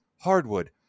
Hardwood